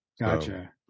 Gotcha